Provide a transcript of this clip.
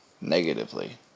negatively